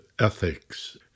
ethics